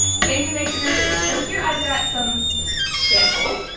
can you make sentences? so here i've got some samples.